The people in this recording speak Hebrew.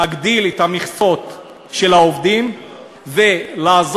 להגדיל את המכסות של העובדים ולעזור,